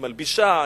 היא מלבישה,